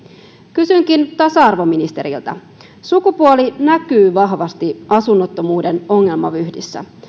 kysynkin tasa arvoministeriltä sukupuoli näkyy vahvasti asunnottomuuden ongelmavyyhdissä